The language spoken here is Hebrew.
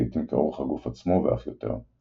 לעיתים כאורך הגוף עצמו ואף יותר.